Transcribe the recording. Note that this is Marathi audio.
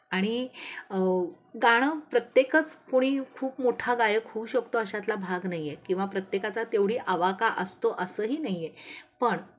आणि गाणं प्रत्येकच कोणी खूप मोठा गायक होऊ शकतो अशातला भाग नाही आहे किंवा प्रत्येकाचा तेवढी आवाका असतो असंही नाही आहे पण